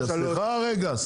סליחה רגע.